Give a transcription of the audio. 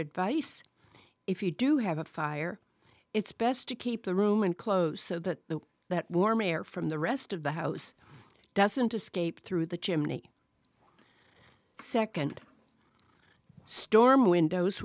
advice if you do have a fire it's best to keep the room and close so that that warm air from the rest of the house doesn't escape through the chimney second storm windows